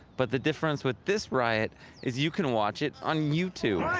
but the difference with this riot is you can watch it on youtube